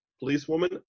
Policewoman